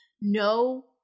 no